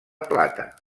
plata